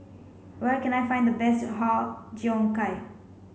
where can I find the best Har Cheong Gai